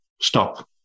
stop